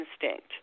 instinct